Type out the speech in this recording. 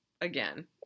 again